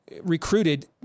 recruited